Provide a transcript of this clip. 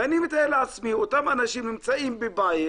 אני מתאר לעצמי, אותם אנשים נמצאים בבית